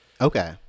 okay